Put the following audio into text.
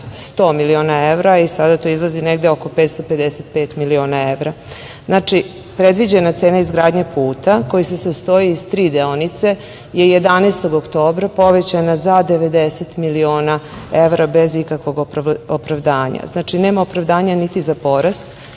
100 miliona evra i sada to izlazi negde oko 555 miliona evra. Znači, predviđena cena izgradnje puta koji se sastoji iz tri deonice je 11. oktobra 2024. godine povećana za 90 miliona evra bez ikakvog opravdanja. Znači, nema opravdanja niti za porast